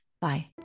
Bye